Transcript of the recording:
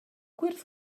gwyrdd